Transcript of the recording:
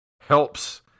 helps